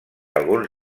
alguns